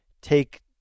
take